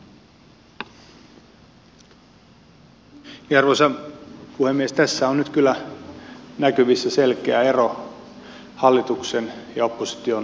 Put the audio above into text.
tässä on nyt kyllä näkyvissä selkeä ero hallituksen ja opposition linjan välillä